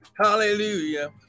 Hallelujah